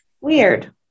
weird